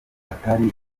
atari